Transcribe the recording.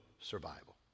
survival